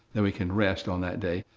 that we can rest on that day,